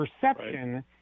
perception